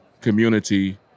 community